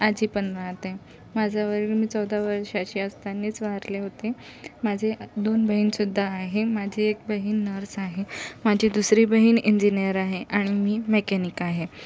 आजी पण राहते माझे वडील मी चौदा वर्षाची असतानाच वारले होते माझ्या दोन बहीणसुद्धा आहे माझे एक बहीण नर्स आहे माझी दुसरी बहीण इंजीनियर आहे आणि मी मेकॅनिक आहे